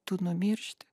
tu numiršti